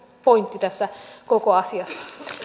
pointti tässä koko asiassa